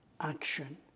action